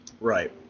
Right